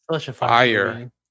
Fire